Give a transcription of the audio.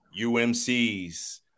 UMCs